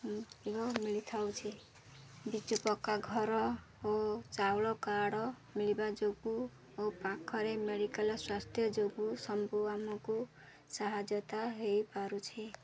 ମିଳି ଥାଉଛି ବିଜୁ ପକ୍କା ଘର ଓ ଚାଉଳ କାର୍ଡ଼ ମିଳିବା ଯୋଗୁଁ ଓ ପାଖରେ ମେଡ଼ିକାଲ୍ ସ୍ୱାସ୍ଥ୍ୟ ଯୋଗୁଁ ସବୁ ଆମକୁ ସାହାଯ୍ୟତା ହୋଇପାରୁଛି